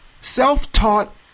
Self-taught